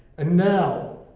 and now,